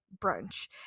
brunch